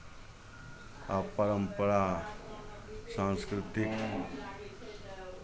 आ परम्परा सांस्कृतिक